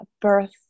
birth